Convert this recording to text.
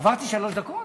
עברתי שלוש דקות?